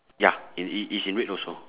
ya in it is in red also